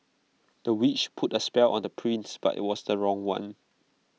the witch put A spell on the prince but IT was the wrong one